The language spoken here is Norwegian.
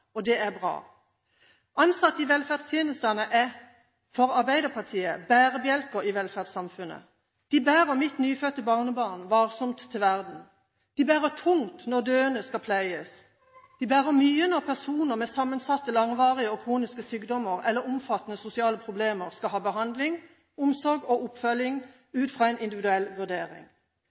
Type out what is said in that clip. enkeltfag. Det er bra! Ansatte i velferdstjenestene er for Arbeiderpartiet bærebjelker i velferdssamfunnet. De bærer mitt nyfødte barnebarn varsomt til verden. De bærer tungt når døende skal pleies. De bærer mye når personer med sammensatte, langvarige og kroniske sykdommer eller omfattende sosiale problemer skal ha behandling, omsorg og oppfølging ut fra en individuell vurdering.